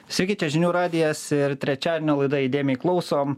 sveiki čia žinių radijas ir trečiadienio laida įdėmiai klausom